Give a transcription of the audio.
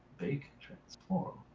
bake, transform.